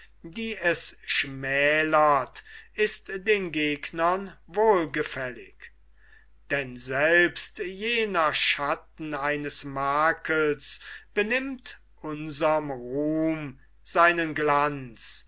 die es schmälert ist den gegnern wohlgefällig denn selbst jener schatten eines makels benimmt unserm ruhm seinen glanz